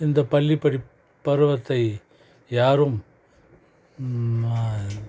இந்த பள்ளி படிப் பருவத்தை யாரும்